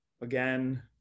again